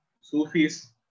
Sufis